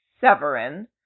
Severin